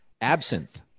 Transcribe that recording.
Absinthe